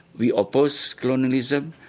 we opposed communism,